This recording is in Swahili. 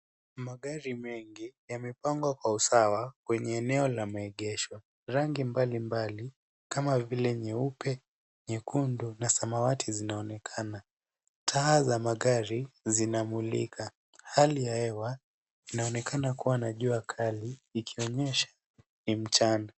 Magari mengi yamepangwa kwa usawa Kwenye eneo la maegesho . Rangi mbalimbali kama vile nyeupe , nyekundu na samawati zinaonekana . Taa za magari zinamulika hali ya hewa inaonekana kuwa na jua kali ikionyesha ni mchana.